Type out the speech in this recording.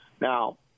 Now